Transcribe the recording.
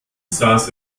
saß